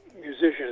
musicians